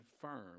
firm